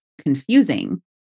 confusing